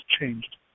changed